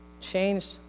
Changed